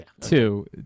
Two